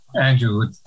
Andrew